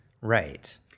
right